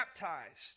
baptized